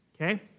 Okay